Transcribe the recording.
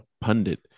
pundit